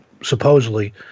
supposedly